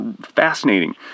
fascinating